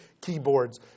keyboards